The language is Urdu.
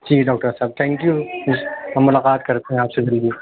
ٹھیک ہے ڈاکٹر صاحب تھینک یو ہم ملاقات کرتے ہیں آپ سے جلدی